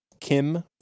Kim